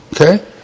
okay